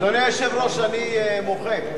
אדוני היושב-ראש, אני מוחה.